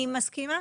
זהו סכום משמעותי.